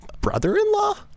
brother-in-law